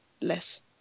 less